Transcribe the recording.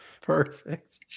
Perfect